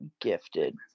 gifted